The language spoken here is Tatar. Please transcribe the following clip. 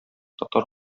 татар